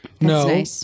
No